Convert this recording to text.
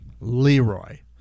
Leroy